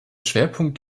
schwerpunkt